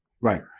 Right